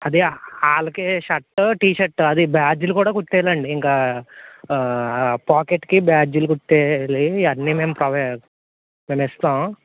అదీ వాళ్ళకి shirt T shirt అది బ్యాడ్జ్లు కూడా కుట్టేయ్యాలండి ఇంకా పాకెట్కి బ్యాడ్జ్లు కుట్టేయాలి అన్నీ మేము పోవై మేమిస్తాం